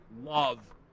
love